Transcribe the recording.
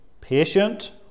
Patient